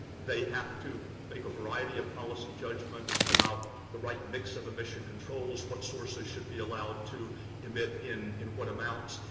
they have to make a variety of policy judgments about the right mix of emission controls, what sources should be allowed to emit in in what amounts.